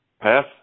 pass